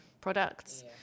products